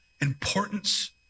importance